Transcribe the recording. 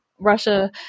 Russia